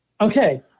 Okay